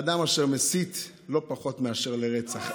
אדם אשר מסית לא פחות מאשר לרצח.